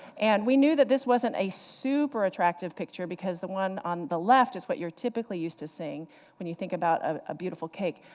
and we knew that this wasn't a super attractive picture, because the one on the left is what you're typically used to seeing when you think about a beautiful cake.